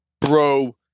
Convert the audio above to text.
bro